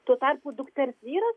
tuo tarpu dukters vyras